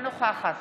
אינה נוכחת